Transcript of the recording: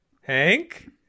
Hank